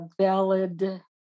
valid